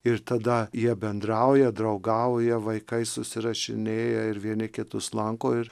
ir tada jie bendrauja draugauja vaikai susirašinėja ir vieni kitus lanko ir